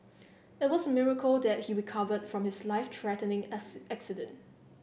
it was a miracle that he recovered from his life threatening accident